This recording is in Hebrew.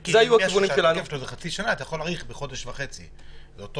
אם זה חצי שנה, אז אפשר להאריך בחודש וחצי.